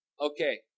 Okay